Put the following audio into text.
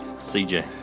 CJ